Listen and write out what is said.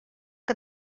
que